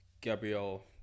Gabriel